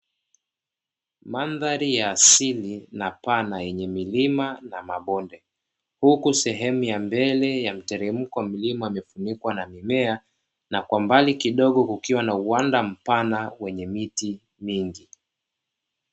Mandhari ya asili na pana yenye milima na mabonde, huku sehemu ya mbele ya mteremko milima imefunikwa na mimea na kwa mbali kidogo kukiwa na uwanda mpana wenye miti mingi.